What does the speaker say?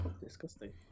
Disgusting